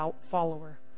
follower